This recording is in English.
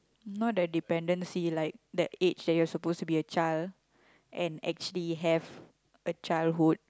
not the dependency but the age that you're supposed to be a child and have a childhood